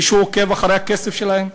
מישהו עוקב אחרי הכסף שלהם?